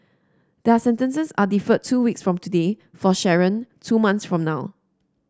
their sentences are deferred two weeks from today for Sharon two months from now